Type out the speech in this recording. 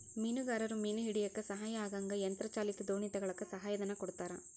ಮೀನುಗಾರರು ಮೀನು ಹಿಡಿಯಕ್ಕ ಸಹಾಯ ಆಗಂಗ ಯಂತ್ರ ಚಾಲಿತ ದೋಣಿ ತಗಳಕ್ಕ ಸಹಾಯ ಧನ ಕೊಡ್ತಾರ